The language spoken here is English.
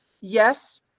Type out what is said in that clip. yes